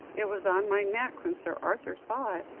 it was on my neck when sir arthur saw it,